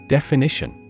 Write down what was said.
Definition